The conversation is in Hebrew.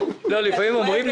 גם כחול לבן הסכימו להקפאה,